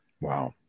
Wow